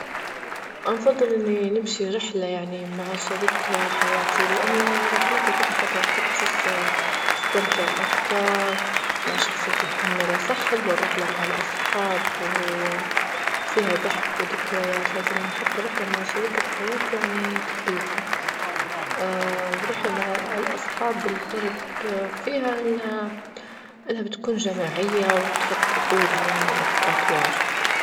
أفضل إني نمشي رحلة يعني مع شريك حياتي، لأن رحلتي كدا حتعطيك فرصة تستمتعي أكتر مع شخص اللي تهتمي له، صح حلوة الرحلة مع الأصحاب وفيها ضحك وذكريات لكن حتى رحلة مع شريك الحياة يعني تبي لها، ورحلة مع اصحاب الفرج فيها أنها-أنها بتكون جماعية وتخططولها يعني أوقات واجد.